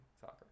soccer